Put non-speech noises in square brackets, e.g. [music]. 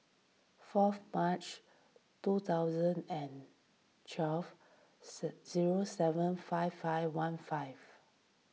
fourth March two thousand and twelve [noise] zero seven five five one five